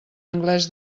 anglès